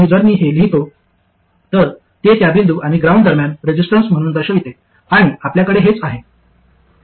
आणि जर मी हे लिहितो तर ते त्या बिंदू आणि ग्राउंड दरम्यान रेझिस्टन्स म्हणून दर्शविते आणि आपल्याकडे हेच आहे